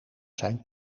zijn